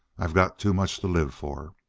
i got too much to live for!